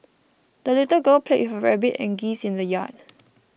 the little girl played with her rabbit and geese in the yard